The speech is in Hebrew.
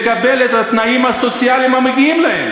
לקבל את התנאים הסוציאליים המגיעים להם,